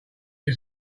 you